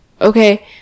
okay